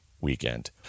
Weekend